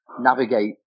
navigate